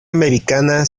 americana